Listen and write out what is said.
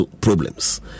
problems